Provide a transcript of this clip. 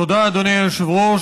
תודה, אדוני היושב-ראש.